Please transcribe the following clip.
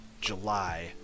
July